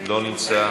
לא נמצא,